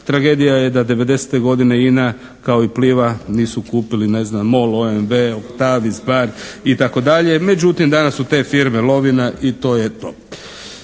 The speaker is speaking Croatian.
tragedija je da '90. godine INA kao i Pliva nisu kupili ne znam Mol, OMV, Octavis, Barr itd., međutim danas su te firme lovina i to je to.